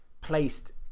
placed